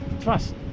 trust